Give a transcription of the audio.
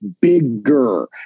bigger